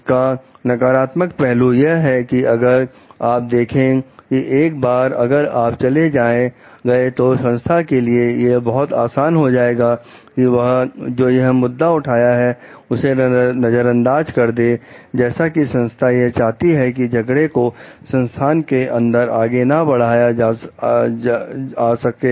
इसका नकारात्मक पहलू यह है कि अगर आप देखें कि एक बार अगर आप चले गए तो संस्था के लिए यह बहुत आसान हो जाएगा कि वह जो यह मुद्दा उठाया है उसे नजर अंदाज कर दे जैसा कि संस्था यह चाहती है कि झगड़े को संस्था के अंदर आगे ना बढ़ाए आ जाए